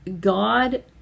god